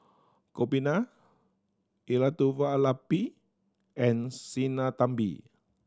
Gopinath Elattuvalapil and Sinnathamby